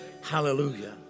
Hallelujah